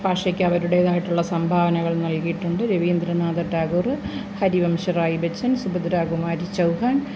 ഭാഷയ്ക്ക് അവരുടെതായിട്ടുള്ള സംഭാവനകൾ നൽകിയിട്ടുണ്ട് രവീന്ദ്രനാഥ ടാഗോര് ഹരിവംശറായ് ബെച്ചൻ സുഭദ്രകുമാരി ചൗഹാൻ